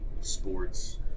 sports